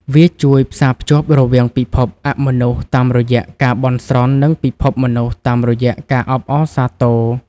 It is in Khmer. វាជួយផ្សារភ្ជាប់រវាងពិភពអមនុស្សតាមរយៈការបន់ស្រន់ និងពិភពមនុស្សតាមរយៈការអបអរសាទរ។